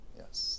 yes